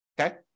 okay